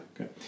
Okay